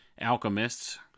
alchemists